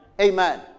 Amen